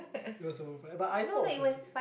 it was so but ice pop was twenty